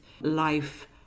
life